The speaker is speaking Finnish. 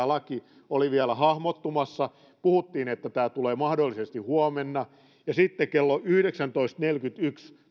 laki oli vielä hahmottumassa puhuttiin että tämä tulee mahdollisesti huomenna ja sitten kello yhdeksäntoista neljäkymmentäyksi